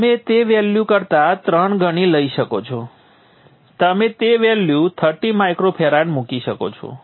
તમે તે વેલ્યુ કરતા ત્રણ ગણી લઇ શકો છો તમે તે વેલ્યુ 30 μF મૂકી શકો છો